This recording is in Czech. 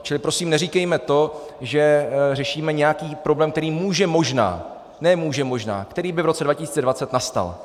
Čili prosím neříkejme to, že řešíme nějaký problém, který může možná ne může možná, který by v roce 2020 nastal.